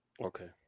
Okay